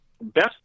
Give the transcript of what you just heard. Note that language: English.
best